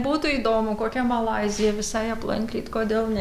būtų įdomu kokią malaiziją visai aplankyt kodėl ne